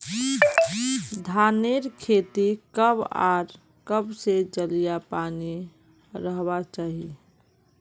धानेर खेतीत कब आर कब से जल या पानी रहबा चही?